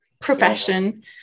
profession